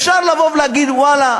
אפשר לבוא ולהגיד: ואללה,